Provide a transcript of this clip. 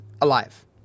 alive